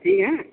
ٹھیک ہے